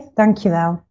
dankjewel